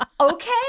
okay